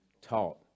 taught